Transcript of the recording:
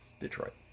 Detroit